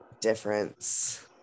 Difference